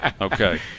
Okay